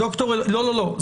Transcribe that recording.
זה